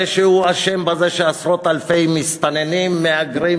שהוא אשם בזה שעשרות-אלפי מסתננים מהגרים,